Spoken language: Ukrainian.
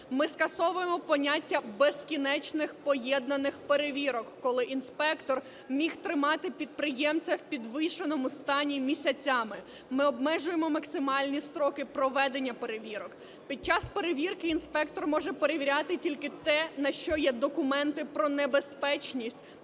Ми скасовуємо поняття "безкінечних поєднаних перевірок", коли інспектор міг тримати підприємця у підвішеному стані місяцями; ми обмежуємо максимальні строки проведення перевірок. Під час перевірки інспектор може перевіряти тільки те, на що є документи про небезпечність,